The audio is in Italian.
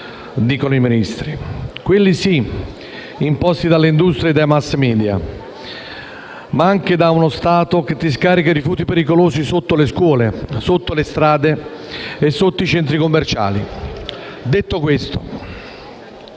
stili di vita, quelli sì imposti dalle industrie e dai *mass media*, ma anche da uno Stato che scarica i rifiuti pericolosi sotto le scuole, sotto le strade e sotto i centri commerciali. Detto questo,